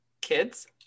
kids